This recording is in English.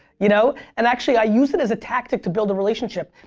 you know and actually i use it as a tactic to build a relationship.